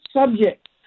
subject